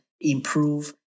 improve